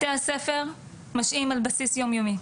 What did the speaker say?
בתי הספר משעים על בסיס יומיומי,